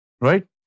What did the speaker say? right